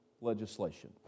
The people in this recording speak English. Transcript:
legislation